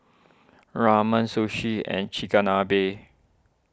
Ramen Sushi and Chigenabe